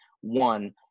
one